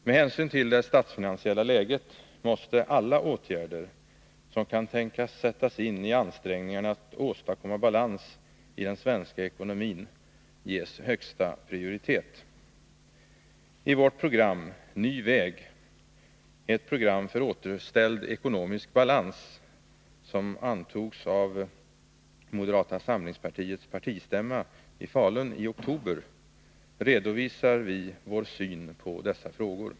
Med hänsyn till det statsfinansiella läget måste alla åtgärder som kan tänkas sättas in i ansträngningarna för att åstadkomma balans i den svenska ekonomin ges högsta prioritet. I vårt program Ny väg — Ett program för återställd ekonomisk balans, som antogs av moderata samlingspartiets partistämma i Falun i oktober, redovisar vi vår syn på dessa frågor.